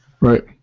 Right